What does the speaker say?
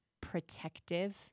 protective